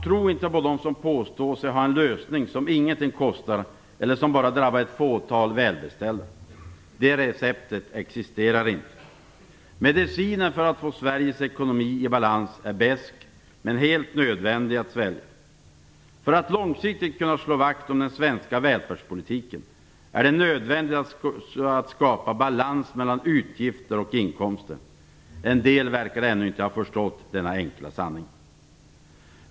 Tro inte på dem som påstår sig ha en lösning som ingenting kostar eller som bara drabbar ett fåtal välbeställda. Det receptet existerar inte. Medicinen för att få Sveriges ekonomi i balans är besk, men helt nödvändig att svälja. För att långsiktigt kunna slå vakt om den svenska välfärdspolitiken är det nödvändigt att skapa balans mellan utgifter och inkomster. En del verkar ännu inte ha förstått denna enkla sanning.